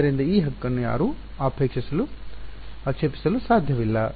ಆದ್ದರಿಂದ ಈ ಹಕ್ಕನ್ನು ಯಾರೂ ಆಕ್ಷೇಪಿಸಲು ಸಾಧ್ಯವಿಲ್ಲ